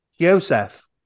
Joseph